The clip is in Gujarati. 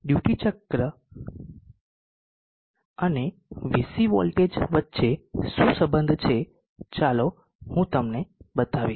ડ્યુટી ચક્ર અને VC વોલ્ટેજ વચ્ચે શું સંબંધ છે ચાલો હું તમને બતાવીશ